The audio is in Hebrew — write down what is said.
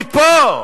מפה.